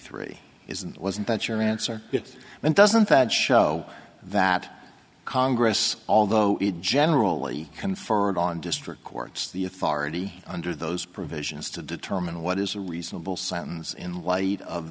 three isn't wasn't that your answer it then doesn't that show that congress although it generally conferred on district courts the authority under those provisions to determine what is a reasonable sentence in light of